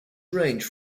ranged